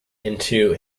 into